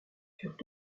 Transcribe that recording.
furent